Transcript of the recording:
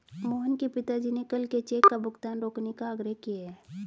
मोहन के पिताजी ने कल के चेक का भुगतान रोकने का आग्रह किए हैं